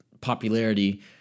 popularity